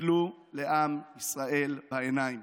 תסכלו לעם ישראל בעיניים.